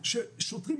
אז בסופו של דבר,